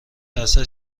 درصد